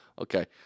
Okay